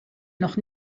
noch